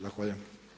Zahvaljujem.